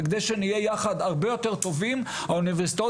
וכדי שנהיה יחד הרבה יותר טובים האוניברסיטאות